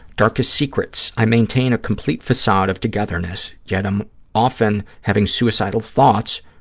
darkest secrets. i maintain a complete facade of togetherness, yet i'm often having suicidal thoughts,